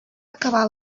acabà